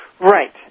Right